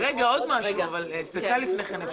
לפני כן,